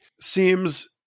seems